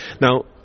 Now